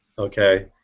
okay.